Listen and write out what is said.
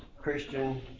Christian